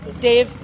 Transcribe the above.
Dave